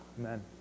Amen